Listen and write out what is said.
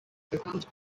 account